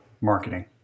marketing